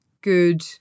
good